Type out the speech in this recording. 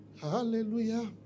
Hallelujah